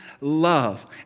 love